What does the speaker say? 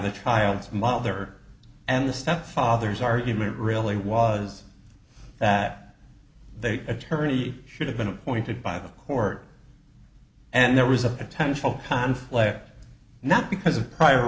the child's mother and the step father's argument really was that they attorney should have been appointed by the court and there was a potential conflict not because of prior